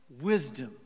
wisdom